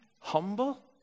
humble